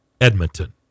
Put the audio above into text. Edmonton